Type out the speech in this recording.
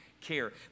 Care